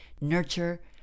nurture